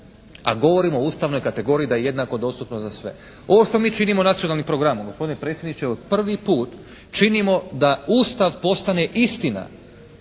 a govorimo o ustavnoj kategoriji da je jednako dostupno za sve. Ovo što mi činimo Nacionalnim programom, gospodine predsjedniče, od prvi put činimo da Ustav postane istina